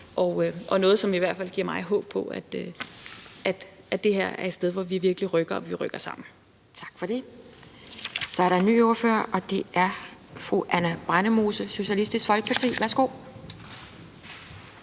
og noget, som i hvert fald giver mig håb om, at det her er et sted, hvor vi virkelig rykker og rykker sammen. Kl. 12:37 Anden næstformand (Pia Kjærsgaard): Tak for det. Så er der en ny ordfører, og det er fru Anna Brændemose, Socialistisk Folkeparti. Værsgo.